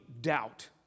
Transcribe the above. doubt